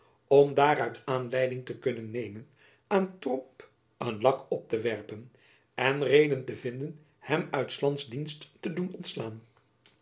om daaruit aanleiding te kunnen nemen aan tromp een lak op te werpen en reden te vinden hem uit slands dienst te doen ontslaan